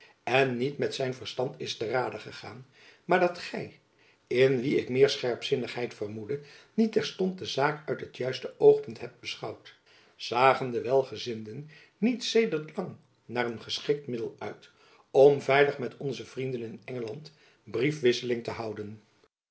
en niet met zijn verstand is te rade gegaan maar dat gy in wie ik meer scherpzinnigheid vermoedde niet terstond de zaak uit het juiste oogpunt hebt beschouwd zagen de welgezinden niet sedert lang naar een geschikt middel uit om veilig met onze vrienden in engeland briefwisseling te houden